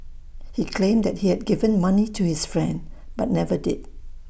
he claimed he had given the money to his friend but never did